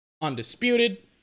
Undisputed